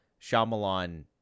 Shyamalan